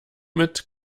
mit